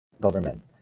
government